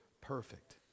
perfect